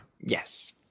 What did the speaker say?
Yes